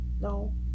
No